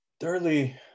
Thirdly